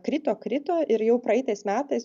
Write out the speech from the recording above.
krito krito ir jau praeitais metais